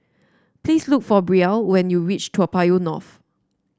please look for Brielle when you reach Toa Payoh North